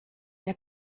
der